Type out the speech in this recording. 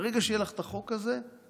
ברגע שיהיה לך את החוק הזה,